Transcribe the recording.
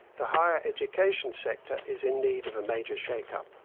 the higher education sector is in need of a major shakeup.